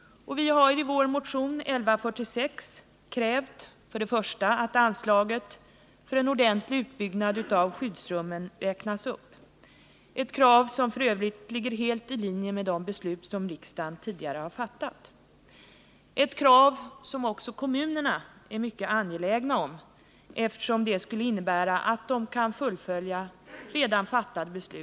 Vi har i vår motion 1146 för det första krävt att anslagen för en utbyggnad av skyddsrummen räknas upp ordentligt. Det är ett krav som f. ö. ligger helt i linje med det beslut som riksdagen tidigare har fattat. Det är också ett krav som är mycket angeläget för kommunerna, eftersom ett tillgodoseende av det kravet skulle innebära att kommunerna kan fullfölja redan fattade beslut.